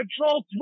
control